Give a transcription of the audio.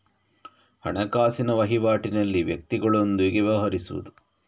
ಹಣಕಾಸಿನ ವಹಿವಾಟಿನಲ್ಲಿ ವ್ಯಕ್ತಿಗಳೊಂದಿಗೆ ವ್ಯವಹರಿಸುವುದು